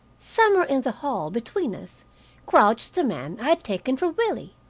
somewhere in the hall between us crouched the man i had taken for willie,